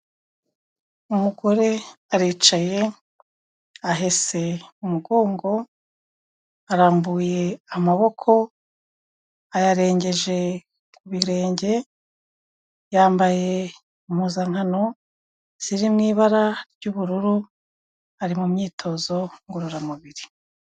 Umugore aricaye ahese umugongo arambuye amaboko ayarengeje ku birenge, yambaye impuzankano ziri mu ibara ry'ubururu ari mu myitozo ngororamubiri.